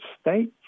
States